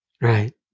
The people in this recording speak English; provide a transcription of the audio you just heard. Right